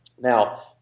Now